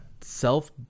self